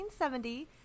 1970